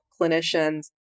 clinicians